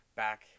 back